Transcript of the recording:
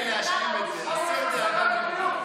לאנשים שיש בהם חסד וחמלה תמיד יהיה מקום.